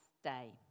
day